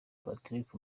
patrick